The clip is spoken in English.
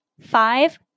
five